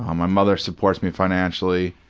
um my mother supports me financially.